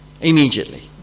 immediately